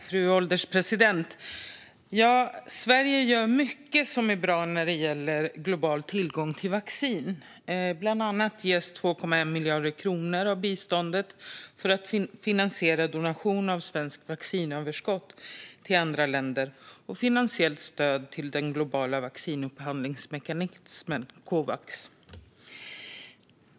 Fru ålderspresident! Sverige gör mycket som är bra när det gäller global tillgång till vaccin. Bland annat ges 2,1 miljarder kronor av biståndet till att finansiera donation av svenskt vaccinöverskott till andra länder och finansiellt stöd till den globala vaccinupphandlingsmekanismen Covax.